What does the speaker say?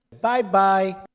Bye-bye